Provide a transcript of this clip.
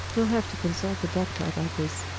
we'll have to consult the doctor about this.